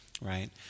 right